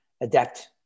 adapt